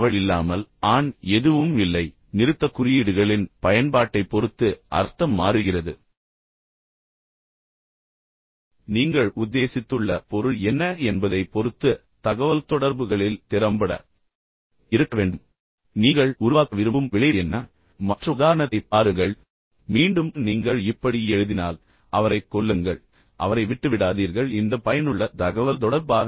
அவள் இல்லாமல் ஆண் எதுவும் இல்லை நிறுத்தக்குறியீடுகளின் நிறுத்தக்குறியீடுகளின் பயன்பாட்டைப் பொறுத்து அர்த்தம் எவ்வாறு மாறுகிறது என்பதை நீங்கள் பார்க்கிறீர்கள் நீங்கள் உத்தேசித்துள்ள பொருள் என்ன என்பதைப் பொறுத்து தகவல்தொடர்புகளில் திறம்பட இருக்க வேண்டும் நீங்கள் உருவாக்க விரும்பும் விளைவு என்ன மற்ற உதாரணத்தைப் பாருங்கள் மீண்டும் நீங்கள் இப்படி எழுதினால் அவரைக் கொல்லுங்கள் அவரை விட்டுவிடாதீர்கள் இந்த பயனுள்ள தகவல் தொடர்பா